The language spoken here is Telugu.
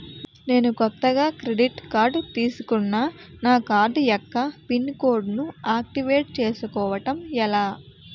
నేను కొత్తగా క్రెడిట్ కార్డ్ తిస్కున్నా నా కార్డ్ యెక్క పిన్ కోడ్ ను ఆక్టివేట్ చేసుకోవటం ఎలా?